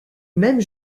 même